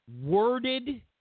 worded